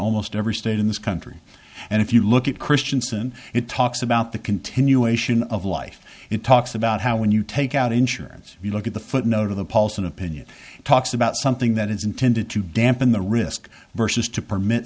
almost every state in this country and if you look at christiansen it talks about the continuation of life it talks about how when you take out insurance if you look at the footnote of the paulson opinion talks about something that is intended to dampen the risk versus to permit